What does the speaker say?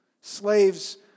Slaves